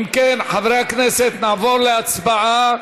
אם כן, חברי הכנסת, נעבור להצבעה.